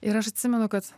ir aš atsimenu kad